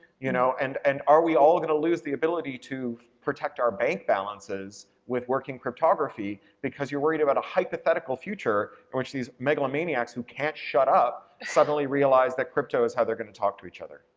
you know, and and are we all going to lose the ability to protect our bank balances with working cryptography because you're worried about a hypothetical future in which these megalomaniacs who can't shut up suddenly realize that crypto is how they're gonna talk to each other.